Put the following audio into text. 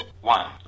one